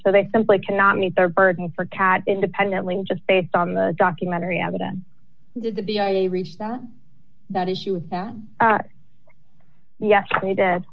so they simply cannot meet their burden for kat independently just based on the documentary evidence did to be a reach that that issue is that yes they did